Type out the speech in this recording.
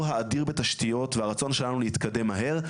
האדיר בתשתיות והרצון שלנו להתקדם מהר,